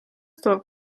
tuleb